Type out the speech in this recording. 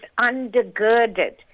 undergirded